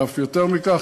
ואף יותר מכך,